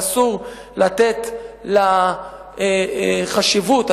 ואסור לתת חשיבות,